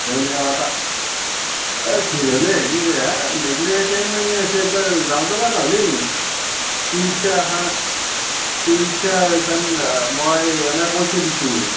হয় নি তা এই ভিৰ হ'লে হেৰি হে কেং বেঙাই আছে একবাৰ যাওঁ বলা নহ্লি ই ৰিক্সা এখান ই ৰিক্সা এখান মই এনেই কৈ থৈ দিছোঁ